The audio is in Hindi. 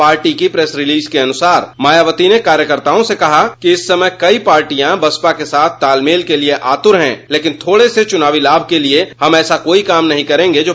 पार्टी की प्रेस रिलीज के अनुसार मायावती ने कार्यकर्ताओं ने कहा कि इस समय कइ पार्टियां बसपा के साथ तालमेल के लिए आतुर हैं लेकिन थोड़े से चुनावी लाभ के लिए हम ऐसा कोई काम नहीं करेंगे जो पार्टी के हित में न हो